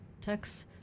text